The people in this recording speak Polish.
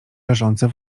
leżące